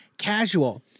casual